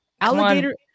Alligator